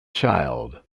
child